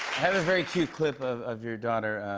have a very cute clip of of your daughter.